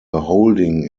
holding